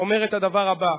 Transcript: אומר את הדבר הבא: